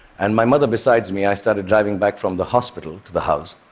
and my mother besides me, i started driving back from the hospital to the house.